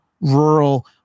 rural